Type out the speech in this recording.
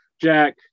Jack